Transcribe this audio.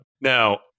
Now